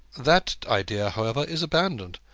that idea, however, is abandoned,